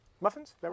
Muffins